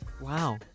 Wow